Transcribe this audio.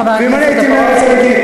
חבר הכנסת טופורובסקי.